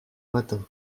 matin